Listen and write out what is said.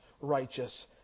righteous